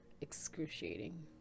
excruciating